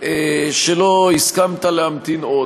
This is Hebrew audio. שלא הסכמת להמתין עוד.